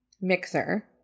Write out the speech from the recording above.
mixer